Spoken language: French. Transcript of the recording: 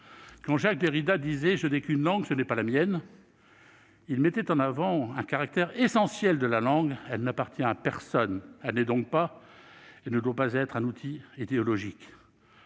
Quand Jacques Derrida disait « je n'ai qu'une langue, ce n'est pas la mienne », il mettait en avant un caractère essentiel de la langue : le fait qu'elle n'appartient à personne, qu'elle n'est donc pas un outil idéologique